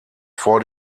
vor